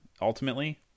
ultimately